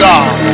God